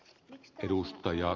arvoisa puhemies